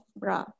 bra